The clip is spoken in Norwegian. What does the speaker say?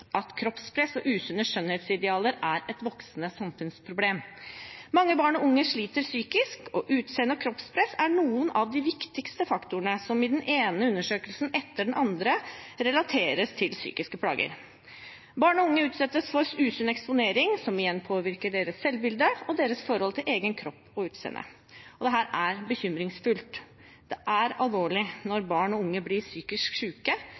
at kroppspress og usunne skjønnhetsidealer er et voksende samfunnsproblem. Mange barn og unge sliter psykisk, og utseende- og kroppspress er noen av de viktigste faktorene som i den ene undersøkelsen etter den andre relateres til psykiske plager. Barn og unge utsettes for usunn eksponering, som igjen påvirker deres selvbilde og deres forhold til egen kropp og utseende. Dette er bekymringsfullt. Det er alvorlig når barn og unge blir psykisk